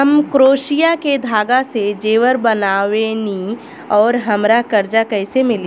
हम क्रोशिया के धागा से जेवर बनावेनी और हमरा कर्जा कइसे मिली?